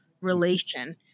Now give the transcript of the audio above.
relation